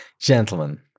gentlemen